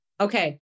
Okay